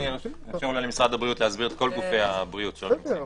נאפשר למשרד הבריאות להסביר את כל גופי הבריאות שלא נמצאים.